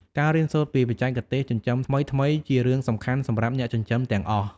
ការរៀនសូត្រពីបច្ចេកទេសចិញ្ចឹមថ្មីៗជារឿងសំខាន់សម្រាប់អ្នកចិញ្ចឹមទាំងអស់។